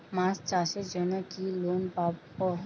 মাছ চাষের জন্য কি লোন পাব?